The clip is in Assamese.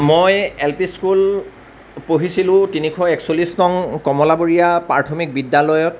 মই এল পি স্কুল পঢ়িছিলোঁ তিনিশ একচল্লিশ নং কমলাবৰীয়া প্ৰাথমিক বিদ্যালয়ত